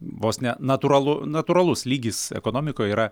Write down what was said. vos ne natūralu natūralus lygis ekonomikoje yra